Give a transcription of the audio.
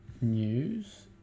news